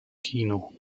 kino